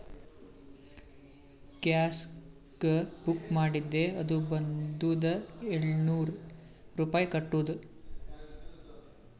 ಗ್ಯಾಸ್ಗ book ಮಾಡಿದ್ದೆ ಅದು ಬಂದುದ ಏಳ್ನೂರ್ ರುಪಾಯಿ ಕಟ್ಟುದ್